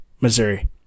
Missouri